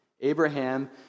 Abraham